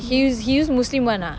he use he use muslim one ah